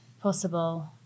possible